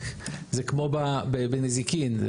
זה כמו בנזיקין.